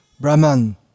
Brahman